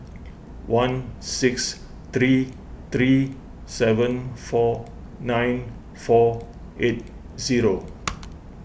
one six three three seven four nine four eight zero